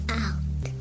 out